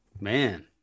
Man